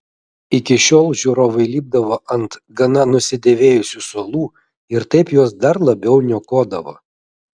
iki šiol žiūrovai lipdavo ant gana nusidėvėjusių suolų ir taip juos dar labiau niokodavo